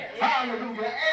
Hallelujah